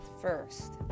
first